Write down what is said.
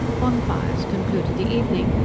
bonfires concluded the evening,